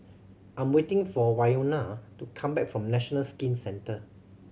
I'm waiting for Wynona to come back from National Skin Centre